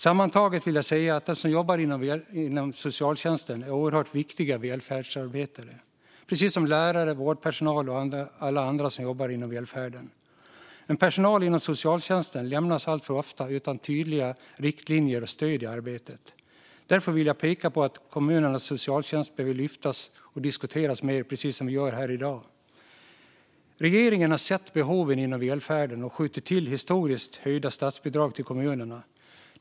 Sammantaget vill jag slutligen säga att de som jobbar inom socialtjänsten är oerhört viktiga välfärdsarbetare, precis som lärare, vårdpersonal och alla andra som jobbar inom välfärden. Men personal inom socialtjänsten lämnas alltför ofta utan tydliga riktlinjer och stöd i arbetet. Därför vill jag peka på att kommunernas socialtjänst behöver lyftas fram och diskuteras mer, precis som vi gör här i dag. Regeringen har sett behoven inom välfärden och skjutit till historiskt höjda statsbidrag till kommunerna.